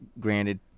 Granted